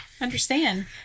understand